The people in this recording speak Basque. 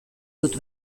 dut